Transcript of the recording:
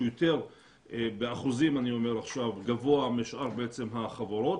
שהוא יותר באחוזים גבוה משאר החברות,